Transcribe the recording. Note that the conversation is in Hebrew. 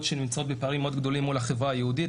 שנמצאות בפערים גדולים מול החברה היהודית,